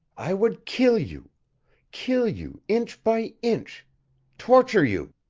i would kill you kill you inch by inch torture you.